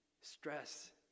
stress